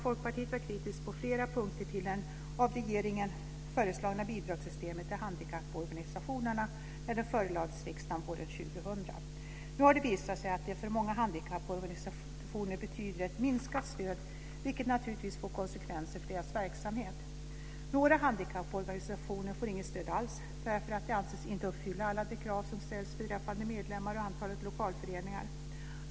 Folkpartiet var kritiskt på flera punkter mot det av regeringen föreslagna bidragssystmet till handikapporganisationerna när det förelades riksdagen våren 2000. Nu har det visat sig att det för många handikapporganisationer betyder minskat stöd, något som naturligtvis får konsekvenser för deras verksamhet. Några handikapporganisationer får inget stöd alls eftersom de inte anses uppfylla alla de krav som ställs beträffande medlemmar och antalet lokalföreningar.